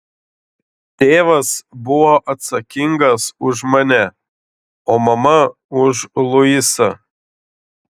tėvas buvo atsakingas už mane o mama už luisą